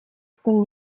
столь